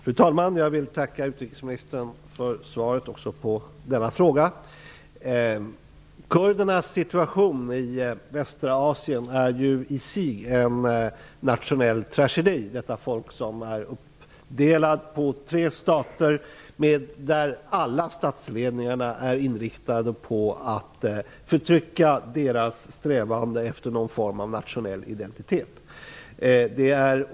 Fru talman! Jag vill tacka utrikesministern för svaret också på denna fråga. Kurdernas situation i västra Asien är ju i sig en nationell tragedi. Detta folk är uppdelat på tre stater, alla med statsledningar som är inriktade på att förtrycka kurdernas strävanden efter någon form av nationell identitet.